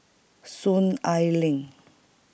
Soon Ai Ling